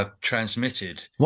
Transmitted